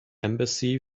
embassy